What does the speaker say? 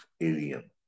alien